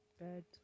bed